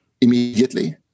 immediately